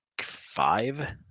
five